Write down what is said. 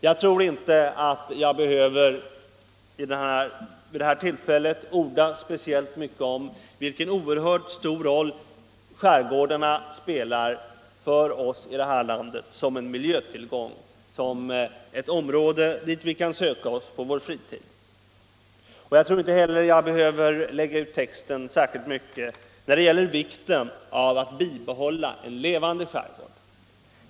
Jag tror inte att jag vid det här tillfället behöver orda så mycket om den oerhört stora roll som skärgårdarna spelar för oss i landet som en miljötillgång och som ett område dit vi kan söka oss på vår fritid. Jag tror inte heller jag behöver lägga ut texten om vikten av att bibehålla en levande skärgård.